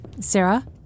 Sarah